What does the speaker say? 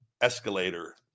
escalator